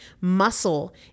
Muscle